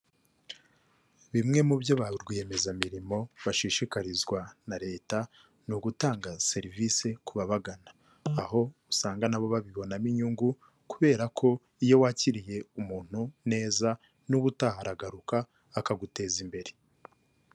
Bimwe mu byo barwiyemezamirimo bashishikarizwa na leta ni ugutanga serivisi ku babagana, aho usanga nabo babibonamo inyungu kubera ko iyo wakiriye umuntu neza n'ubutaha aragarukaruka akaguteza imbere.